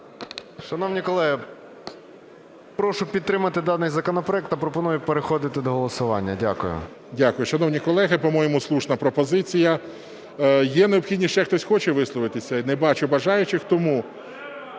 Шановні колеги, прошу підтримати даний законопроект та пропоную переходити до голосування. Дякую. ГОЛОВУЮЧИЙ. Дякую. Шановні колеги, по-моєму, слушна пропозиція. Є необхідність, ще хтось хоче висловитися? Не бачу бажаючих. Тому…